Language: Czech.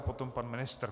Potom pan ministr.